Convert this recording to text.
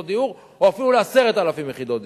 דיור או אפילו על 10,000 יחידות דיור,